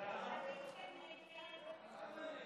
הצעת סיעת יש עתיד-תל"ם